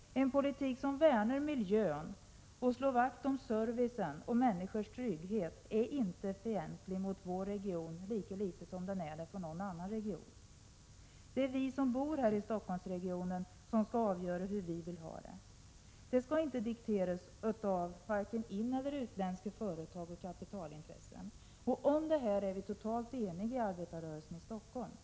En politik som värnar miljön och slår vakt om servicen och människors trygghet är inte fientlig mot vår region, lika litet som den är det mot någon annan region. Det är vi som bor här i Stockholmsregionen som skall avgöra hur vi vill ha det. Det skall inte dikteras av vare sig ineller utländska företag och kapitalintressen. Om detta är vi totalt eniga i arbetarrörelsen i Stockholms län.